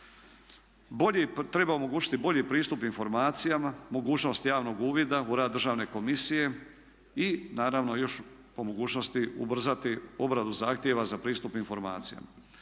treba omogućiti bolji pristup informacijama, mogućnost javnog uvida u rad državne komisije i naravno još po mogućnosti ubrzati obradu zahtjeva za pristup informacijama.